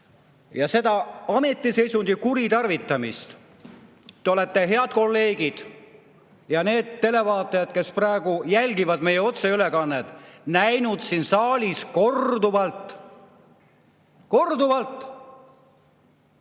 Seda ametiseisundi kuritarvitamist olete te, head kolleegid ja televaatajad, kes te praegu jälgite meie otseülekannet, näinud siin saalis korduvalt. Korduvalt!